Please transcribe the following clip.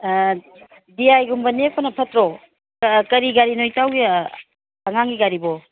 ꯗꯤ ꯑꯥꯏꯒꯨꯝꯕ ꯅꯦꯛꯄꯅ ꯐꯠꯇ꯭ꯔꯣ ꯑꯥ ꯀꯔꯤ ꯒꯥꯔꯤꯅꯣ ꯏꯇꯥꯎꯒꯤ ꯑꯉꯥꯡꯒꯤ ꯒꯥꯔꯤꯕꯣ